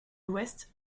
l’ouest